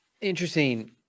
interesting